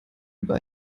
über